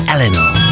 Eleanor